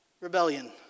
Rebellion